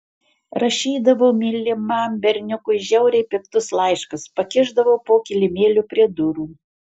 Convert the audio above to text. rašydavau mylimam berniukui žiauriai piktus laiškus pakišdavau po kilimėliu prie durų